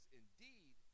indeed